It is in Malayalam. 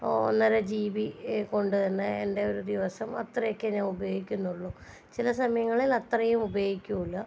ഓ ഒന്നര ജി ബി കൊണ്ടു തന്നെ എൻ്റെ ഒരു ദിവസം അത്രയ്ക്കെ ഞാൻ ഉപയോഗിക്കുന്നുള്ളൂ ചില സമയങ്ങളിൽ അത്രയും ഉപയോഗിക്കില്ല